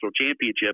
championship